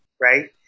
right